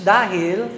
Dahil